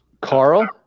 Carl